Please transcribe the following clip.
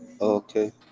Okay